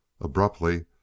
Abruptly